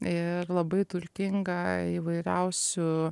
ir labai turtinga įvairiausių